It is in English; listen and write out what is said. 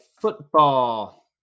football